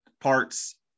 parts